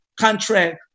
contract